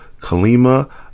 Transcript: Kalima